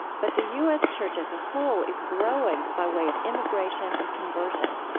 but the u s. church as a whole is growing by way of immigration and conversion.